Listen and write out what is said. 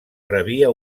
rebia